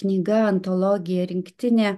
knyga antologija rinktinė